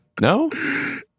No